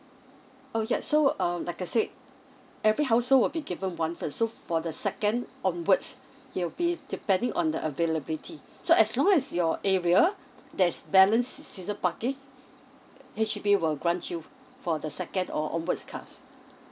oh yeah so um like I said every household will be given one first so for the second onwards it will be depending on the availability so as long as your area there's balance season parking H_D_B will grant you for the second or onwards cars